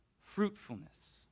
fruitfulness